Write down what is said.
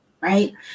Right